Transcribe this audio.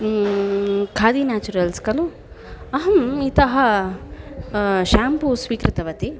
खादि naturals खलु अहं इतः शेम्पू स्वीकृतवती